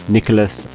Nicholas